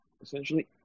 essentially